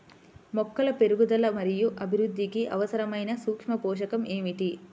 మొక్కల పెరుగుదల మరియు అభివృద్ధికి అవసరమైన సూక్ష్మ పోషకం ఏమిటి?